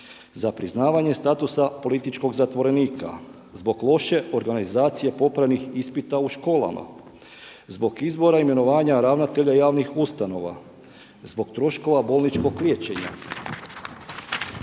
za priznavanje statusa političkog zatvorenika, zbog loše organizacije popravnih ispita u školama, zbog izbora i imenovanja ravnatelja javnih ustanova, zbog troškova bolničkog liječenja,